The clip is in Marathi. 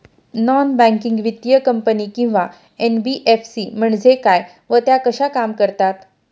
नॉन बँकिंग वित्तीय कंपनी किंवा एन.बी.एफ.सी म्हणजे काय व त्या कशा काम करतात?